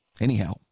Anyhow